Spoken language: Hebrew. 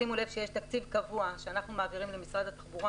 תשימו לב שיש תקציב קבוע שאנחנו מעבירים למשרד התחבורה,